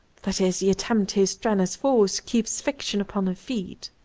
that is the attempt whose strenuous force keeps fiction upon her feet.